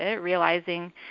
realizing